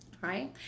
Right